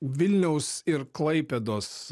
vilniaus ir klaipėdos